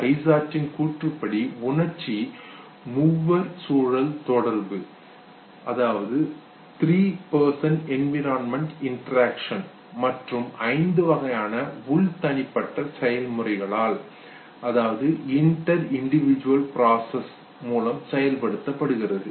ஐசார்ட்டின் கூற்றுப்படி உணர்ச்சி மூவர் சூழல் தொடர்பு த்ரி பெர்சன் என்விரான்மென்ட் இன்டெராக்ஷன் மற்றும் ஐந்து வகையான உள் தனிப்பட்ட செயல்முறைகளால் இன்ட்ரா இண்டிவிஜுவல் ப்ராஸெஸ் செயல்படுத்தப்படுகிறது